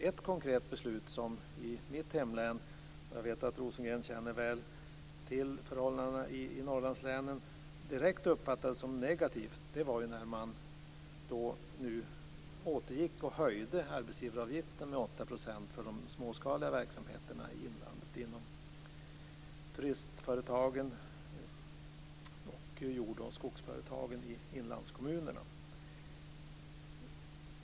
Ett konkret beslut som i mitt hemlän - jag vet att Björn Rosengren väl känner till förhållandena i Norrlandslänen - uppfattades som direkt negativt var när man åter höjde arbetsgivaravgiften med 8 % för de småskaliga verksamheterna, turistföretagen och jord och skogsföretagen, i inlandskommunerna.